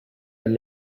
and